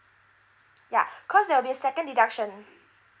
yeah cause there'll be a second deduction